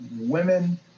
women